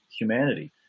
humanity